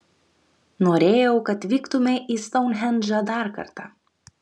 norėjau kad vyktumei į stounhendžą dar kartą